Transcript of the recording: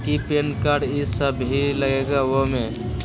कि PAN card इ सब भी लगेगा वो में?